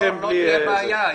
לא תהיה בעיה.